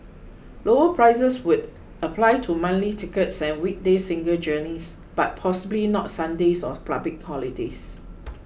lower prices would apply to monthly tickets and weekday single journeys but possibly not Sundays or public holidays